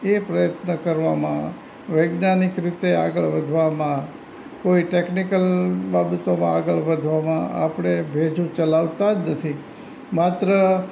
એ પ્રયત્ન કરવામાં વૈજ્ઞાનિક રીતે આગળ વધવામાં કોઈ ટેકનિકલ બાબતોમાં આગળ વધવામાં આપણે ભેજુ ચલાવતા જ નથી માત્ર